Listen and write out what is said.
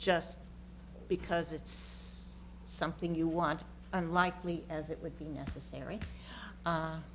just because it's something you want unlikely as it would be necessary